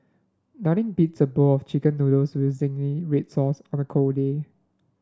nothing beats a bowl of chicken noodles with zingy read sauce on a cold day